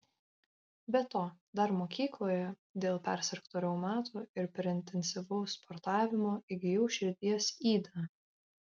be to dar mokykloje dėl persirgto reumato ir per intensyvaus sportavimo įgijau širdies ydą